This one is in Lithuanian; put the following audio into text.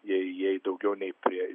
jei jei daugiau nei prie